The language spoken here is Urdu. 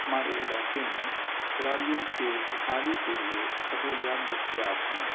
ہمارے علاقے میں کھلاڑیوں کے بحالی کے لیے سہولیات دستیاب ہیں